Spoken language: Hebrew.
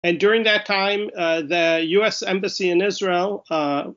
And during that time, the U.S. Embassy in Israel